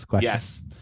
Yes